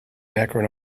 akron